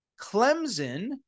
Clemson